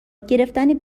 گرفتن